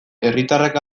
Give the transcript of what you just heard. herritarrak